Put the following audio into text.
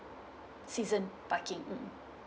season parking mm